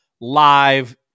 live